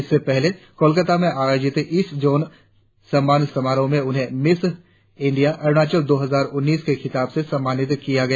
इससे पहले कोलकता में आयोजित ईस्ट जोन सम्मान समारोह में उन्हें मिस इंडिया अरुणाचल दो हजार उन्नीस के खिताब से सम्मानित किया गया